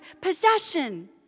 possession